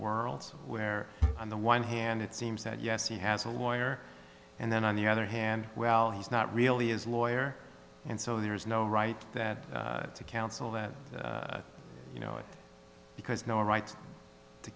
worlds where on the one hand it seems that yes he has a lawyer and then on the other hand well he's not really his lawyer and so there's no right that to counsel that you know because no right to